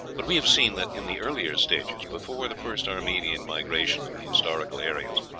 but we have seen that in the earliest ages, before the first armenian migration of the historical aryans,